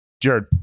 Jared